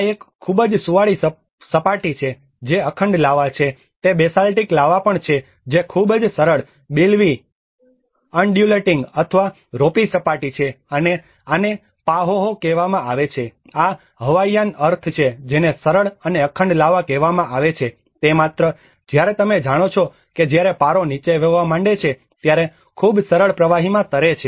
આ એક ખૂબ જ સુંવાળી સપાટી છે જે અખંડ લાવા છે તે બેસાલ્ટિક લાવા પણ છે જે ખૂબ જ સરળ બિલવી અન્ડ્યુલેટિંગ અથવા રોપી સપાટી છે અને આને પાહોહો કહેવામાં આવે છે અને આ હવાઇયન અર્થ છે જેને સરળ અને અખંડ લાવા કહેવામાં આવે છે તે માત્ર જ્યારે તમે જાણો છો કે જ્યારે પારો નીચે વહેવા માંડે છે ત્યારે ખૂબ સરળ પ્રવાહીમાં તરે છે